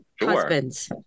Husbands